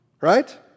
right